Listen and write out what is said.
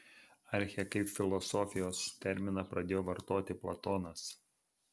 archę kaip filosofijos terminą pradėjo vartoti platonas